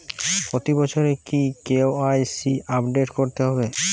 প্রতি বছরই কি কে.ওয়াই.সি আপডেট করতে হবে?